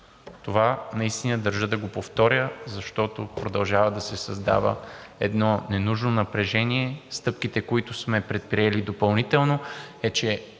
Това наистина държа да го повторя, защото продължава да се създава едно ненужно напрежение. Стъпките, които сме предприели допълнително, са, че